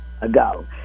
ago